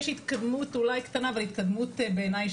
יש התקדמות אולי קטנה אבל היא התקדמות בעיניי